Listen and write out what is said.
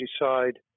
decide